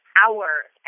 hours